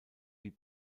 wie